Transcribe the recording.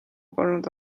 polnud